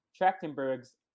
Trachtenberg's